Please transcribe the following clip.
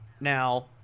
Now